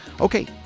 okay